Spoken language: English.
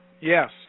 Yes